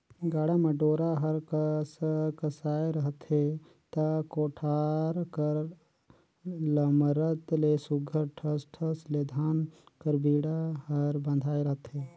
गाड़ा म डोरा हर कसकसाए रहथे ता कोठार कर लमरत ले सुग्घर ठस ठस ले धान कर बीड़ा हर बंधाए रहथे